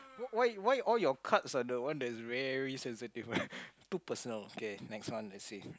why why all your cards are the one that is very sensitive one too personal